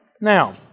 Now